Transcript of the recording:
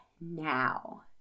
now